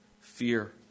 fear